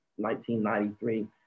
1993